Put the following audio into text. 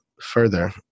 further